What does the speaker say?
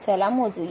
चला मोजूया